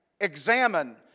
examine